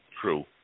true